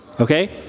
Okay